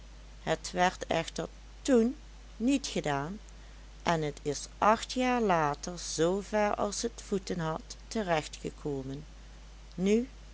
het werd echter toen niet gedaan en het is acht jaar later zoo ver als t voeten had terechtgekomen nu